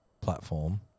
platform